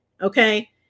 Okay